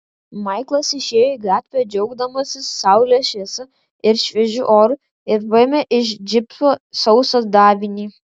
maiklas išėjo į gatvę džiaugdamasis saulės šviesa ir šviežiu oru ir paėmė iš džipo sausą davinį